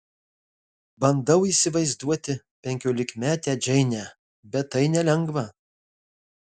bandau įsivaizduoti penkiolikmetę džeinę bet tai nelengva